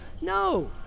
No